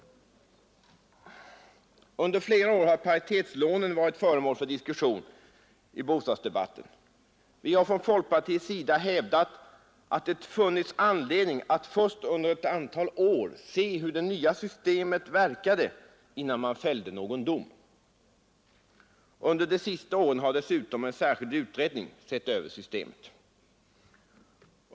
Under flera år har paritetslånen varit föremål för diskussion. Folkpartiet har hävdat att man först under ett antal år borde se hur det nya systemet verkade innan man fällde någon dom. Under de senaste åren har dessutom en särskild utredning sett över systemet.